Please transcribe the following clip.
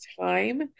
time